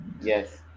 yes